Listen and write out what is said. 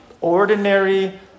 ordinary